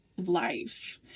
life